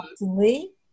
Lee